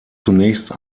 zunächst